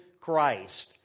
Christ